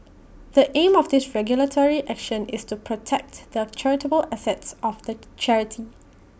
the aim of this regulatory action is to protect the charitable assets of the charity